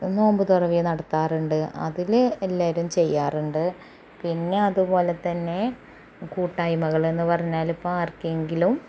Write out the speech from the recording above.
നോമ്പ് തൊറവെ നടത്താറുണ്ട് അതിൽ എല്ലാവരും ചെയ്യാറുണ്ട് പിന്നെ അതുപോലെ തന്നെ കൂട്ടായ്മ്മളെന്ന് പറഞ്ഞാലിപ്പം ആർക്കെങ്കിലും